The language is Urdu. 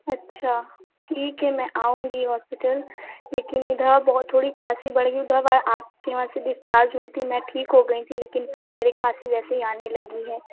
اچھا ٹھیک ہے میں آؤں گی ہاسپیٹل لیکن ادھر بہت تھوڑی کھانسی بڑھ گئی آپ کے وہاں سے ڈسچارج ہوئی تھی میں ٹھیک ہو گئی تھی لیکن پھر میری کھانسی ویسے ہی آنے لگی ہے